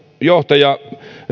johtaja